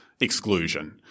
exclusion